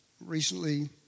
recently